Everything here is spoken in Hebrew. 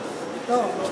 חנין.